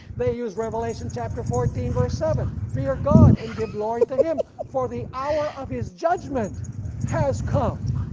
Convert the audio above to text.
they use revelation chapter fourteen verse seven fear god and give glory to him, for the hour of his judgment has come.